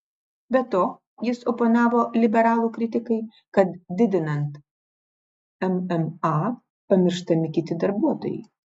be to jis oponavo liberalų kritikai kad didinant mma pamirštami kiti darbuotojai